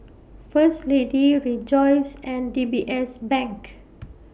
First Lady Rejoice and D B S Bank